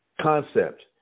concept